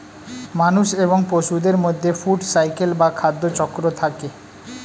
মানুষ এবং পশুদের মধ্যে ফুড সাইকেল বা খাদ্য চক্র থাকে